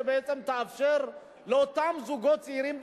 שבעצם תאפשר לאותם זוגות צעירים,